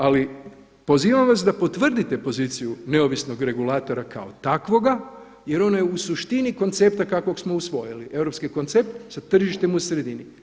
Ali pozivam vas da potvrdite poziciju neovisnog regulatora kao takvoga jer ono je u suštini koncepta kakvog smo usvojili, europski koncept sa tržištem u sredini.